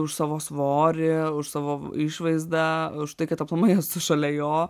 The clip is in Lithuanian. už savo svorį už savo išvaizdą už tai kad aplamai esu šalia jo